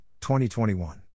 2021